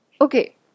Okay